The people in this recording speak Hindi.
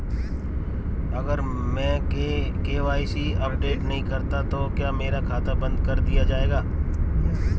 अगर मैं के.वाई.सी अपडेट नहीं करता तो क्या मेरा खाता बंद कर दिया जाएगा?